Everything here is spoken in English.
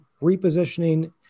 repositioning